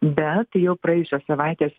bet jau praėjusios savaitės